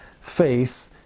faith